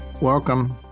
welcome